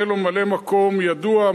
ממלא-מקום ידוע,